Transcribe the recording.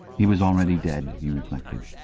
he was already dead, he reflected.